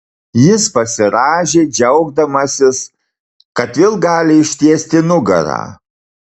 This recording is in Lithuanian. jis pasirąžė džiaugdamasis kad vėl gali ištiesti nugarą